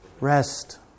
Rest